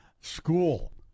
school